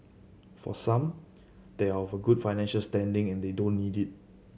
for some they are of a good financial standing and they don't need it